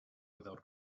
without